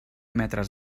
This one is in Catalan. metres